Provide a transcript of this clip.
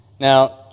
Now